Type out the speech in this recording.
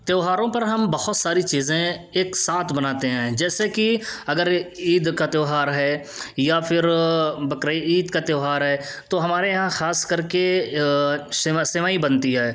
تہواروں پر ہم بہت ساری چیزیں ایک ساتھ بناتے ہیں جیسے کہ اگر عید کا تہوار ہے یا پھر بقرہ عید کا تہوار ہے تو ہمارے یہاں خاص کر کے سوئیں بنتی ہے